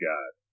God